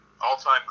all-time